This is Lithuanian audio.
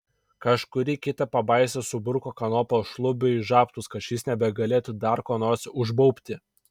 kažkuri kita pabaisa subruko kanopą šlubiui į žabtus kad šis nebegalėtų dar ko nors užbaubti